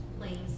Please